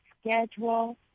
schedule